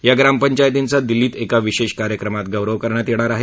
या ग्रामपंचायतींचा दिल्लीत एका विशेष कार्यक्रमात गौरव करण्यात येणार आहे